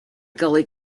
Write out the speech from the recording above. gully